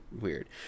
weird